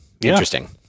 Interesting